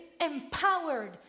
empowered